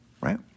Right